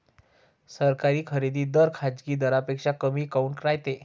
सरकारी खरेदी दर खाजगी दरापेक्षा कमी काऊन रायते?